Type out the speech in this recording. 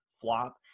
flop